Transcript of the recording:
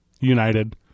united